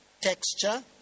texture